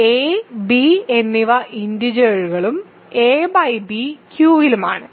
a b എന്നിവ ഇന്റിജേഴ്സ്കളും ab Q യിലുമാണ്